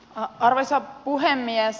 arvoisa puhemies